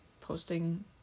posting